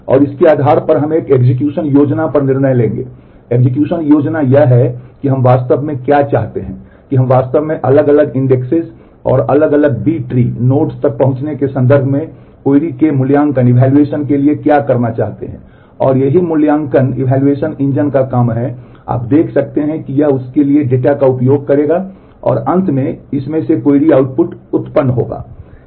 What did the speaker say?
और इसके आधार पर हम एक एक्जिक्यूशन नोड्स तक पहुँचने के संदर्भ में क्वेरी के मूल्यांकन के लिए क्या करना चाहते हैं और यही मूल्यांकन इंजन का काम है आप देख सकते हैं कि यह उसके लिए डेटा का उपयोग करेगा और अंत में इसमें से क्वेरी आउटपुट उत्पन्न होगा